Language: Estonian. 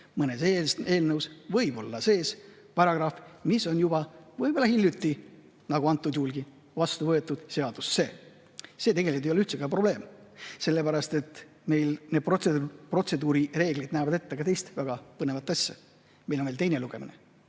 mõnes eelnõus võib olla sees paragrahv, mis on juba – võib-olla hiljuti, nagu antud juhulgi – vastu võetud. See ei ole tegelikult üldse probleem. Sellepärast et meie protseduurireeglid näevad ette ka teist väga põnevat asja: meil on veel teine lugemine,